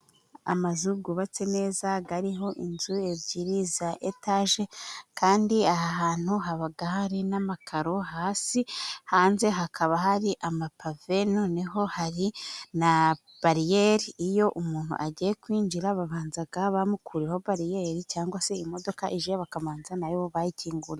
Amazu yubatse neza, ariho inzu ebyiri za etaje, kandi aha hantu haba hari n'amakaro hasi, hanze hakaba hari amapave, noneho hari na bariyeri, iyo umuntu agiye kwinjira babanza bamukuriraho bariyeri, cyangwa se imodoka ije bakabanza na yo bayikinguriye.